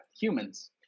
Humans